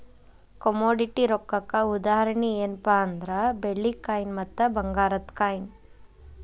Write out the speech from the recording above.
commodity ರೊಕ್ಕಕ್ಕ ಉದಾಹರಣಿ ಯೆನ್ಪಾ ಅಂದ್ರ ಬೆಳ್ಳಿ ಕಾಯಿನ್ ಮತ್ತ ಭಂಗಾರದ್ ಕಾಯಿನ್